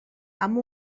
amb